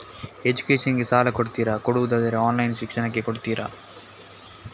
Education ಗೆ ಸಾಲ ಕೊಡ್ತೀರಾ, ಕೊಡುವುದಾದರೆ ಆನ್ಲೈನ್ ಶಿಕ್ಷಣಕ್ಕೆ ಕೊಡ್ತೀರಾ?